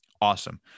awesome